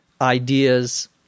ideas